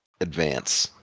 advance